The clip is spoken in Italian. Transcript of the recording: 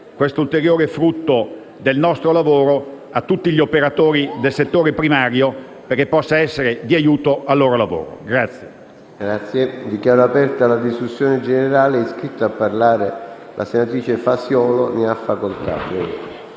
questo ulteriore frutto del nostro lavoro a tutti gli operatori del settore primario, perché possa essere di aiuto al loro lavoro.